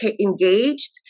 engaged